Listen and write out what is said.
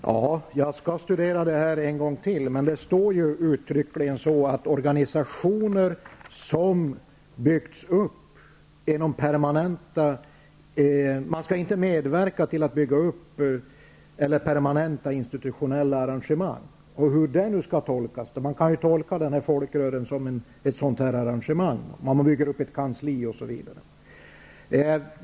Herr talman! Jag skall studera det här en gång till, men det står uttryckligen att bidragen inte skall medverka till att bygga upp eller permanenta institutionella arrangemang. Hur skall detta tolkas?l Man kan ju tolka den här folkrörelsen som ett sådant arrangemang, med uppbyggande av kansli osv.